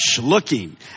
looking